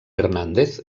hernández